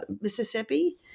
Mississippi